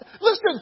listen